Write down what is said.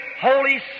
Holy